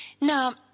Now